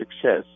success